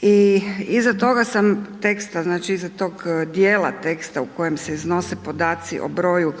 i iza toga sam teksta znači iza toga dijela teksta u kojem se iznose podaci o broju